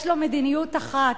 יש לו מדיניות אחת,